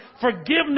forgiveness